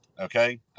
Okay